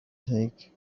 take